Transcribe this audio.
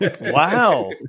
Wow